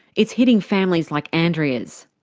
it's hitting families like andrea's.